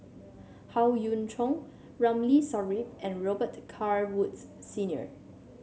Howe Yoon Chong Ramli Sarip and Robet Carr Woods Senior